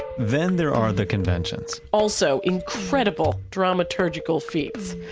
then, there are the conventions also incredible, dramaturgical feats.